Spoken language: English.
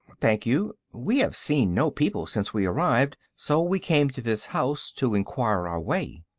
thank you. we have seen no people since we arrived, so we came to this house to enquire our way.